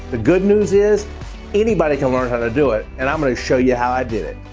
the good news is anybody can learn how to do it, and i'm going to show you how i did it.